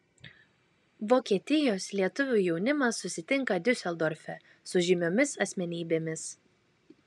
vokietijos lietuvių jaunimas susitinka diuseldorfe su žymiomis asmenybėmis